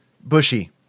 Bushy